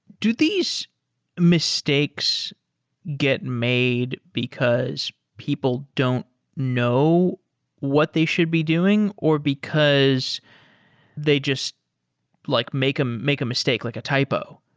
do these mistakes mistakes get made because people don't know what they should be doing or because they just like make um make a mistake, like a typo?